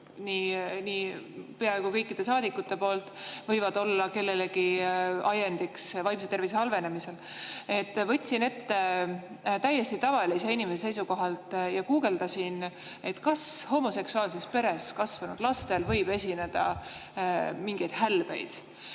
peaaegu kõikide saadikute poolt võivad kellelgi [põhjustada] vaimse tervise halvenemist. Võtsin ette ja täiesti tavalise inimesena guugeldasin, kas homoseksuaalses peres kasvanud lastel võib esineda mingeid hälbeid.